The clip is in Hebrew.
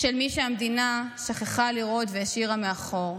של מי שהמדינה שכחה לראות והשאירה מאחור.